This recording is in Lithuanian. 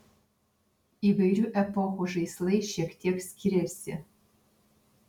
įvairių epochų žaislai šiek tiek skiriasi